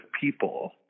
people